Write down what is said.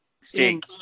Stink